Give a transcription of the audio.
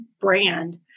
Brand